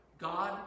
God